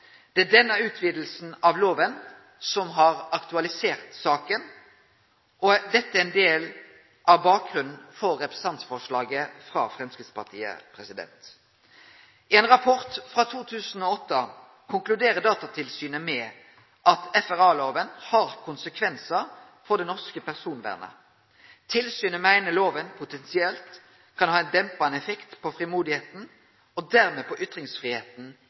Det er denne utvidinga av lova som har aktualisert saka, og dette er ein del av bakgrunnen for representantforslaget frå Framstegspartiet. I ein rapport frå 2008 konkluderer Datatilsynet med at FRA-lova har konsekvensar for det norske personvernet. Tilsynet meiner lova potensielt kan ha ein dempande effekt på frimodigheita og dermed på